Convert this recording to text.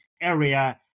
area